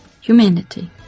humanity